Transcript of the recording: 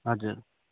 हजुर